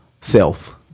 self